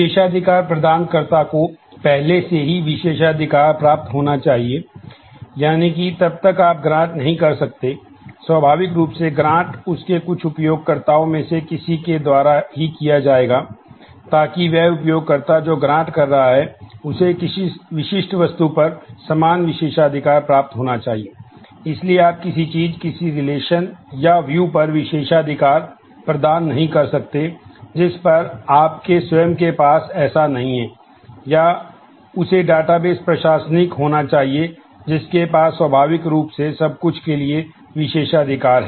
विशेषाधिकार प्रदानकर्ता को पहले से ही विशेषाधिकार प्राप्त होना चाहिए यानी कि तब तक आप ग्रांट प्रशासनिक होना चाहिए जिसके पास स्वाभाविक रूप से सब कुछ के लिए विशेषाधिकार हैं